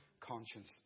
conscience